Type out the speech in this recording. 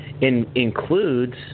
includes